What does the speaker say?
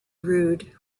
rude